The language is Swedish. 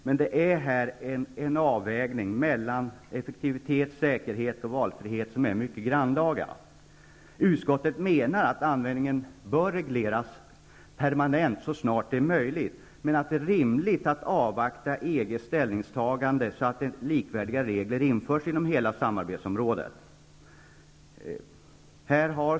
Men utskottet har här gjort en avvägning mellan effektivitet, säkerhet och valfrihet, och denna avvägning är mycket grannlaga. Utskottet anser att användningen av dessa läkemedel bör regleras permanent så snart det är möjligt men att det är rimligt att avvakta EG:s ställningstagande, så att vi får likvärdiga regler inom hela samarbetsområdet.